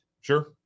Sure